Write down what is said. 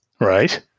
Right